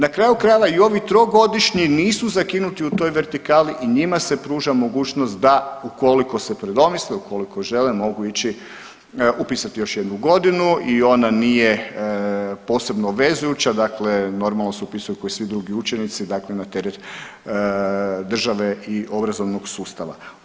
Na kraju krajeva i ovi 3-godišnji nisu zakinuti u toj vertikali i njima se pruža mogućnost da ukoliko se predomisle, ukoliko žele mogu ići upisati još jednu godinu i ona nije posebno obvezujuća, dakle normalno se upisuje ko i svi drugi učenici, dakle na teret države i obrazovnog sustava.